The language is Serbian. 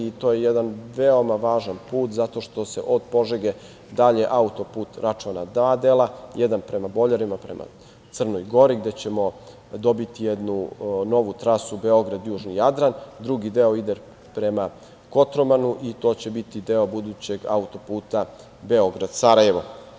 To je jedan veoma važan put zato što se od Požege dalje autoput račva na dva dela, jedan prema Boljarima, prema Crnoj Gori gde ćemo dobiti jednu novu trasu Beograd-južni Jadran, drugi deo ide prema Kotromanu i to će biti deo budućeg autoputa Beograd-Sarajevo.